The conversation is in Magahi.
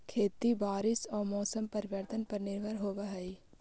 खेती बारिश आऊ मौसम परिवर्तन पर निर्भर होव हई